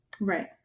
Right